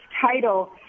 title